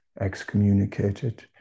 excommunicated